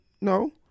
no